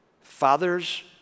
Fathers